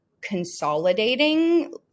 consolidating